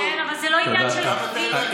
כן, אבל זה לא עניין של, תודה.